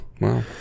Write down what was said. Wow